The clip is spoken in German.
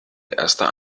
erster